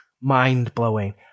mind-blowing